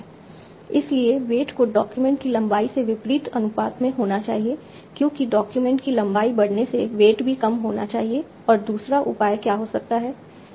इसलिए वेट को डॉक्यूमेंट की लंबाई के विपरीत अनुपात में होना चाहिए क्योंकि डॉक्यूमेंट की लंबाई बढ़ने से वेट भी कम होना चाहिए और दूसरा उपाय क्या हो सकता है